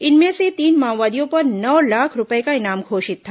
इनमें से तीन माओवादियों पर नौ लाख रूपये का इनाम घोषित था